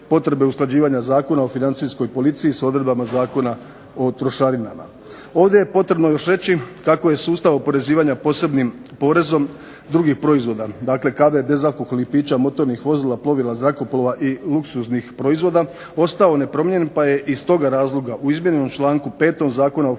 potrebe usklađivanja Zakona o financijskoj policiji s odredbama Zakona o trošarinama. Ovdje je još potrebno reći kako je sustav oporezivanja posebnim porezom drugih proizvoda kave, bezalkoholnih piće, motornih vozila, plovila, zrakoplova i luksuznih proizvoda ostao nepromijenjen pa je iz toga razloga u izmijenjenom članku 5. Zakona o